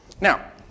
Now